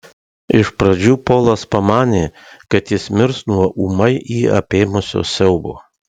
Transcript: iš pradžių polas pamanė kad jis mirs nuo ūmai jį apėmusio siaubo